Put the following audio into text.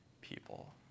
people